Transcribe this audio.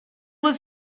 was